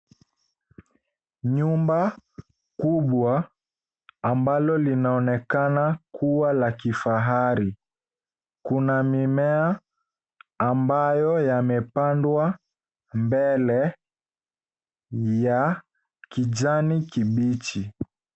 Nyumba kubwa ambalo linaonekana kuwa la kifahari. Kuna mimea ambayo yamepandwa mbele ya kijani kibichi.